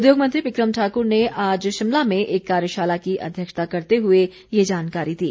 उद्योगमंत्री विक्रम ठाक्र ने आज शिमला में एक कार्यशाला की अध्यक्षता करते हुए ये जानकारी दी